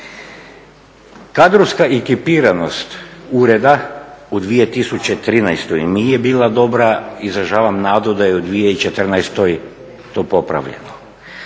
Kadrovska ekipiranost ureda u 2013. nije bila dobra, izražavam nadu da je u 2014. to popravljeno.